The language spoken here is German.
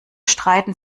streiten